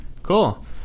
Cool